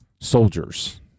soldiers